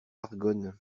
argonne